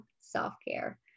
self-care